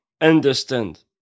understand